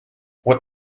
what